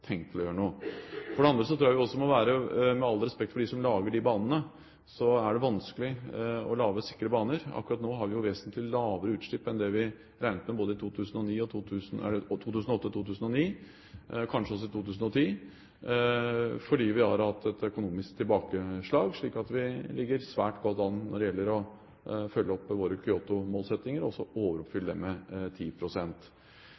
tenkt å gjøre noe. For det andre er det – med all respekt for dem som lager disse banene – vanskelig å lage sikre baner. Akkurat nå har vi vesentlig lavere utslipp enn det vi regnet med både i 2008 og i 2009 – kanskje også i 2010 – fordi vi har hatt et økonomisk tilbakeslag, slik at vi ligger svært godt an når det gjelder å følge opp våre Kyoto-målsettinger og også